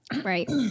Right